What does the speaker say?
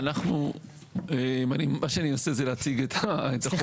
אנחנו, מה שאני עושה זה להציג את החוק.